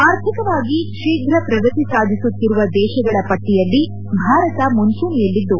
ಆರ್ಥಿಕವಾಗಿ ಶೀಘ ಪ್ರಗತಿ ಸಾಧಿಸುತ್ತಿರುವ ದೇಶಗಳ ಪಟ್ಟಯಲ್ಲಿ ಭಾರತ ಮುಂಚೂಣೆಯಲ್ಲಿದ್ದು